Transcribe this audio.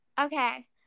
Okay